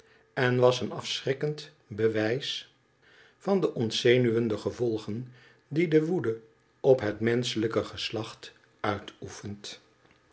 en was een afschrikwekkend bewijs van de ontzenuwende gevolgen die de weelde op het menschelijk geslacht uitoefent